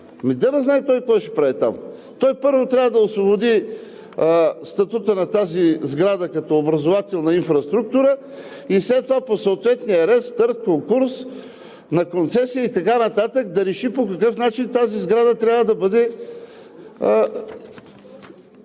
де да знае какво ще прави там. Той първо трябва да освободи статута на тази сграда като образователна инфраструктура и след това по съответния ред – след конкурс, на концесия и така нататък, да реши по какъв начин тази сграда трябва да бъде